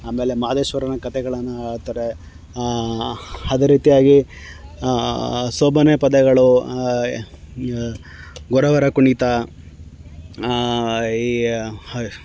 ಆಮೇಲೆ ಮಹದೇಶ್ವರನ ಕಥೆಗಳನ್ನ ಹೇಳ್ತಾರೆ ಅದೇ ರೀತಿಯಾಗಿ ಸೋಬಾನೆ ಪದಗಳು ಗೊರವರ ಕುಣಿತ ಈ